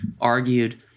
argued